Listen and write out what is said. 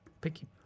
picky